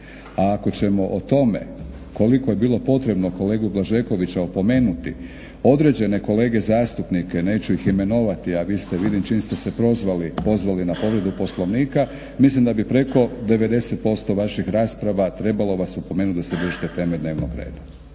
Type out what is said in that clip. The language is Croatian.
A ako ćemo o tome koliko je bilo potrebno kolegu Blažekovića opomenuti određene kolege zastupnike neću ih imenovati, a vi ste vidim čim ste se prozvali pozvali na povredu Poslovnika mislim da bi preko 90% vaših rasprava trebalo vas opomenuti da se držite teme dnevnog reda.